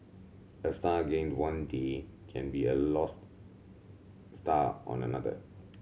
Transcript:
a star gained one day can be a lost star on another